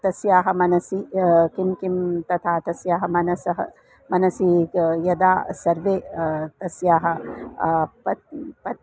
तस्याः मनसि किं किं तथा तस्याः मनसि मनसि यदा सर्वे तस्याः पत् पत्